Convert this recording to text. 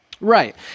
Right